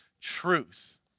truth